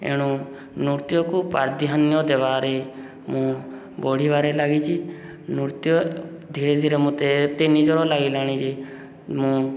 ଏଣୁ ନୃତ୍ୟକୁ ପ୍ରାଧ୍ୟାନ୍ୟ ଦେବାରେ ମୁଁ ବଢ଼ିବାରେ ଲାଗିଛି ନୃତ୍ୟ ଧୀରେ ଧୀରେ ମୋତେ ଏତେ ନିଜର ଲାଗିଲାଣି ଯେ ମୁଁ